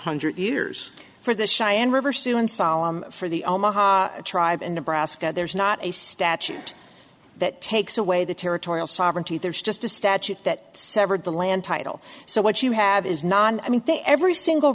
hundred years for the cheyenne river soon solemn for the omaha tribe in nebraska there's not a statute that takes away the territorial sovereignty there's just a statute that severed the land title so what you have is non i mean they every single